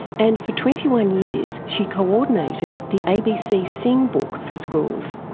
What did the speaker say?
and for twenty one years she coordinated the abc sing book for schools.